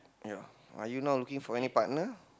ya are you not looking for any partner